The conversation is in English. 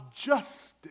justice